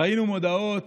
ראינו מודעות